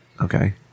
Okay